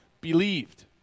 believed